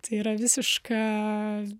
tai yra visiška